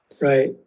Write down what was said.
right